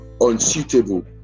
unsuitable